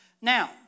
Now